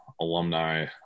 alumni